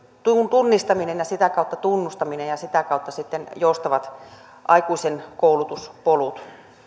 tunnistaminen ja sitä kautta tunnustaminen ja sitä kautta sitten joustavat aikuisen koulutuspolut